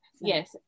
Yes